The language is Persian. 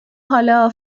حالا